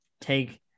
take